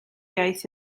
iaith